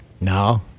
No